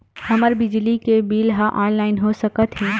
हमर बिजली के बिल ह ऑनलाइन हो सकत हे?